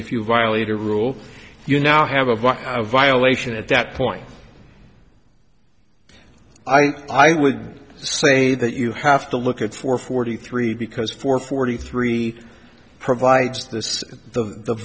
if you violate a rule you now have a violation at that point i think i would say that you have to look at four forty three because for forty three provides this the